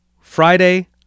Friday